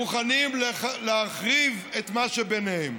מוכנים להחריב את מה שביניהם.